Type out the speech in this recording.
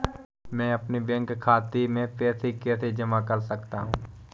मैं अपने बैंक खाते में पैसे कैसे जमा कर सकता हूँ?